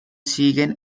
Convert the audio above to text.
siguen